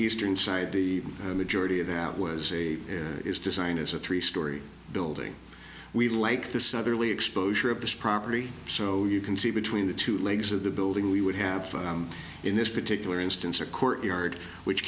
eastern side the majority of that was a is designed as a three story building we like the southerly exposure of this property so you can see between the two legs of the building we would have in this particular instance a courtyard which